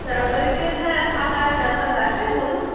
তেরো তারিখে হ্যাঁ ফাঁকা আছে আপনার লাগবে বলুন